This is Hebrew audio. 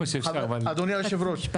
אדוני יושב הראש,